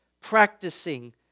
practicing